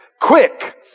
quick